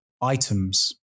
items